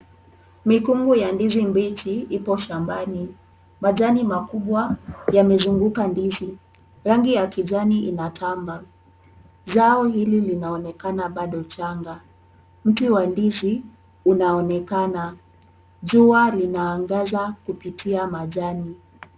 Mikungu ya ndizi mbichi ipo shambani. Majani makubwa yamezunguka ndizi. Rangi ya kijani inatamba. Zao hili linaonekana bado changa. Mti wa ndizi unaonekana. Jua linaangaza kupitia majani.